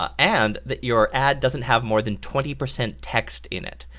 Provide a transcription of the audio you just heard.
um and that your ad doesn't have more than twenty percent text in it.